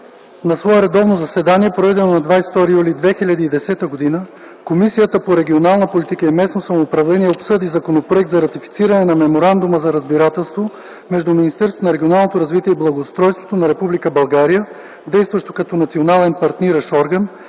„На свое редовно заседание, проведено на 22 юли 2010 г., Комисията по регионална политика и местно самоуправление обсъди Законопроект за ратифициране на Меморандума за разбирателство между Министерството на регионалното развитие и благоустройството на Република България, действащо като Национален партниращ орган,